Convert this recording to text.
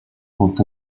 quand